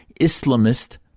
Islamist